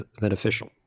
beneficial